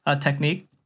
technique